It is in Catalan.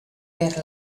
per